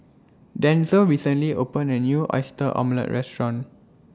Denzel recently opened A New Oyster Omelette Restaurant